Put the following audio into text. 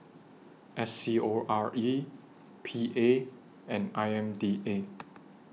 S C O R E P A and I M D A